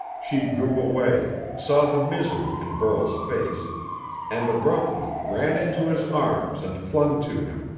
she drew away saw the misery in burl's face and abruptly ran into his arms and clung to him,